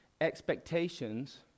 expectations